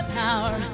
power